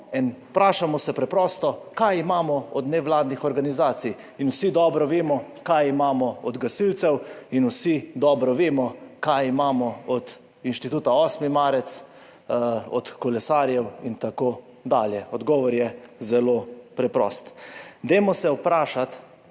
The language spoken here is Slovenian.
Vprašamo se preprosto kaj imamo od nevladnih organizacij in vsi dobro vemo kaj imamo od gasilcev in vsi dobro vemo, kaj imamo od Inštituta. 8. Marec, od kolesarjev, itd. Odgovor je zelo preprost.